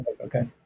Okay